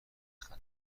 خطر